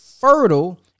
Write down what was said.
fertile